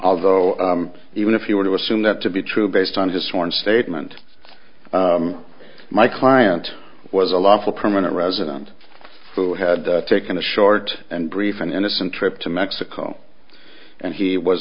although even if you were to assume that to be true based on his sworn statement my client was a lawful permanent resident who had taken a short and brief and innocent trip to mexico and he was